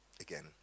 again